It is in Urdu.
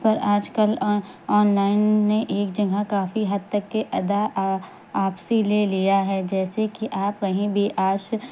پر آج کل آن لائن نے ایک جگہ کافی حد تک کے ادا آپسی لے لیا ہے جیسے کہ آپ کہیں بھی آج